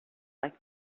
like